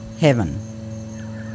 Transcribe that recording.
Heaven